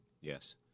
Yes